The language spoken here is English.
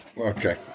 Okay